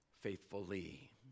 faithfully